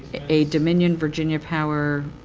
a dominion virginia power